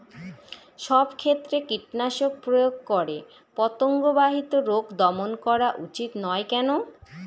সব ক্ষেত্রে কীটনাশক প্রয়োগ করে পতঙ্গ বাহিত রোগ দমন করা উচিৎ নয় কেন?